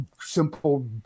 simple